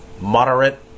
moderate